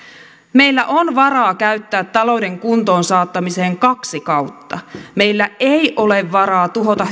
meillä on varaa käyttää talouden kuntoon saattamiseen kaksi kautta meillä ei ole varaa tuhota